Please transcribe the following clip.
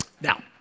Now